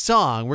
Song